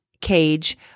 cage